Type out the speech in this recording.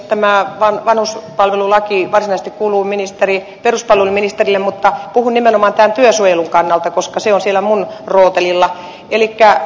tämä vanhuspalvelulaki varsinaisesti kuuluu peruspalveluministerille mutta puhun nimenomaan tämän työsuojelun kannalta koska se on siellä minun rootelilla